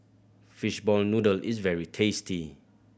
fishball noodle is very tasty